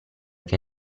che